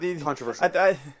controversial